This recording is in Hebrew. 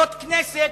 זאת כנסת,